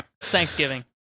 Thanksgiving